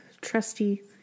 trusty